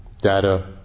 data